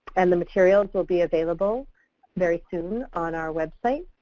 and the materials will be available very soon on our website.